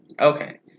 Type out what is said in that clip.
Okay